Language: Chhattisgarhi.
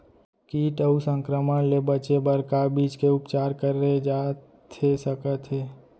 किट अऊ संक्रमण ले बचे बर का बीज के उपचार करे जाथे सकत हे?